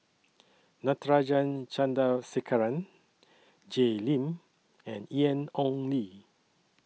Natarajan Chandrasekaran Jay Lim and Ian Ong Li